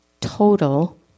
total